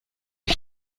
ich